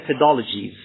methodologies